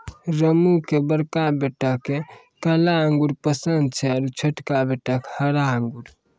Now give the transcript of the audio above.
रामू के बड़का बेटा क काला अंगूर पसंद छै आरो छोटका बेटा क हरा अंगूर